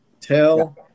tell